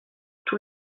tous